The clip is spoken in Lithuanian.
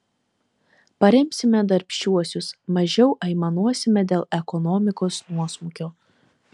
paremsime darbščiuosius mažiau aimanuosime dėl ekonomikos nuosmukio